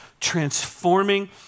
transforming